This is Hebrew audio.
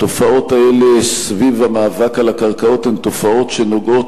התופעות האלה סביב המאבק על הקרקעות הן תופעות שנוגעות